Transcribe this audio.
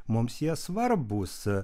mums jie svarbūs